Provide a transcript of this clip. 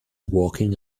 walking